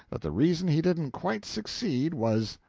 that the reason he didn't quite succeed was,